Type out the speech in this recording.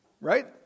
right